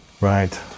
Right